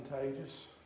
contagious